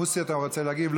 מוסי, אתה רוצה להגיב?